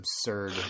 absurd